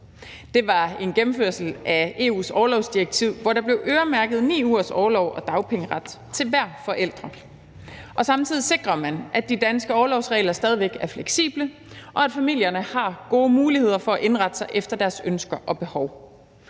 Det var en gennemførsel af EU's orlovsdirektiv, hvor der bliver øremærket 9 ugers orlovs- og dagpengeret til hver forælder. Samtidig sikrer man, at de danske orlovsregler stadig væk er fleksible, og at familierne har gode muligheder for at indrette sig efter deres ønsker og behov.